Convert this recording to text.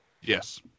Yes